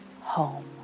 home